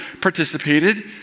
participated